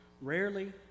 Rarely